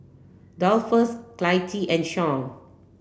Dolphus Clytie and Shawn